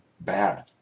bad